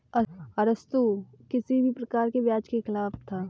अरस्तु किसी भी प्रकार के ब्याज के खिलाफ था